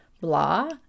blah